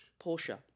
Porsche